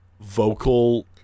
vocal